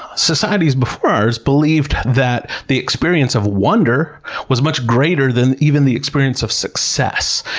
societies before ours believed that the experience of wonder was much greater than even the experience of success.